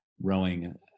rowing